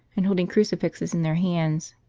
and holding crucifixes in their hands.